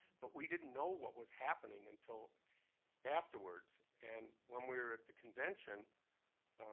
but we didn't know what was happening until afterwards. and when we were at the convention